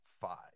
five